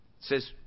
says